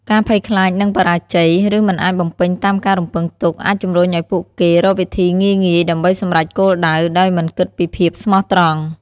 ការភ័យខ្លាចនឹងបរាជ័យ ឬមិនអាចបំពេញតាមការរំពឹងទុក អាចជំរុញឱ្យពួកគេរកវិធីងាយៗដើម្បីសម្រេចគោលដៅ ដោយមិនគិតពីភាពស្មោះត្រង់។